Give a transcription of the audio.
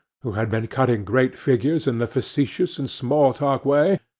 who had been cutting great figures in the facetious and small-talk way,